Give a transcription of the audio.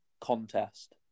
contest